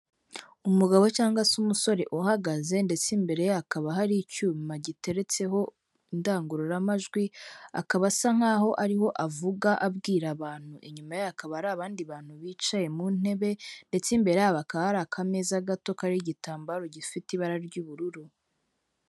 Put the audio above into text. Umugabo cyangwa se umusore uhagaze ndetse imbere hakaba hari icyuma giteretseho indangururamajwi, akaba asa nkaho ariho avuga abwira abantu inyuma ye akaba ari abandi bantu bicaye mu ntebe ndetse imbere akaba hari akameza gato kariho igitambaro gifite ibara ry'ubururu.